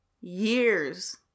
years